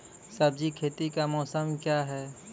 सब्जी खेती का मौसम क्या हैं?